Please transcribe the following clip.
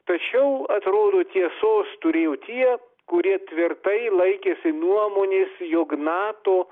tačiau atrodo tiesos turėjo tie kurie tvirtai laikėsi nuomonės jog nato